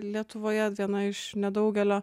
lietuvoje viena iš nedaugelio